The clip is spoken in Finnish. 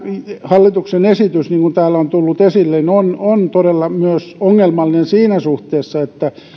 hallituksen esitys niin kuin täällä on tullut esille on on todella ongelmallinen myös siinä suhteessa että